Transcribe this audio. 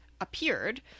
appeared